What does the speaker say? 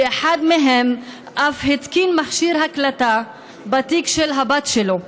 ואחד מהם אף התקין מכשיר הקלטה בתיק של הבת שלו.